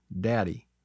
Daddy